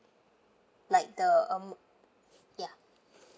like the um ya